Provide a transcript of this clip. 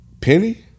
Penny